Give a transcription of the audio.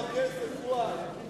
נגמר הכסף, פואד.